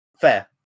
Fair